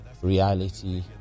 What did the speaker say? Reality